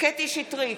קטי קטרין שטרית,